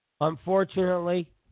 unfortunately